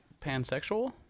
pansexual